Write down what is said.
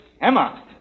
Emma